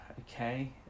okay